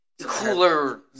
cooler